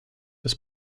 das